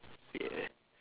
yeah